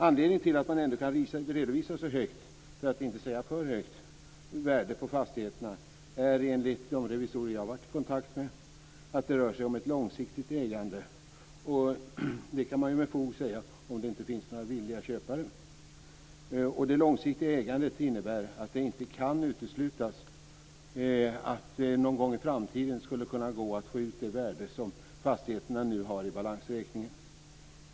Anledningen till att man ändå kan redovisa så högt, för att inte säga för högt, värde på fastigheterna är enligt de revisorer som jag har varit i kontakt med att det rör sig om ett långsiktigt ägande - och det kan man ju med fog säga om det inte finns några villiga köpare. Det långsiktiga ägandet innebär att det inte kan uteslutas att det någon gång i framtiden skulle kunna gå att få ut det värde som fastigheterna nu har i balansräkningen.